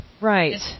Right